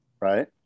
right